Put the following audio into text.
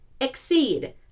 exceed